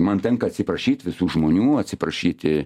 man tenka atsiprašyt visų žmonių atsiprašyti